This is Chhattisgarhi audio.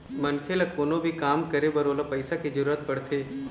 मनखे ल कोनो भी काम करे बर ओला पइसा के जरुरत पड़थे